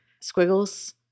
Squiggles